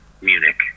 Munich